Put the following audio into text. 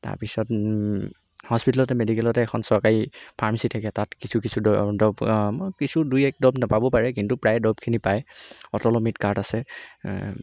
তাৰপিছত হস্পিতেলতে মেডিকেলতে এখন চৰকাৰী ফাৰ্মাচী থাকে তাত কিছু কিছু দ দৰৱ কিছু দুই এক দৰৱ নাপাব পাৰে কিন্তু প্ৰায় দৰৱখিনি পায় অটল অমৃত কাৰ্ড আছে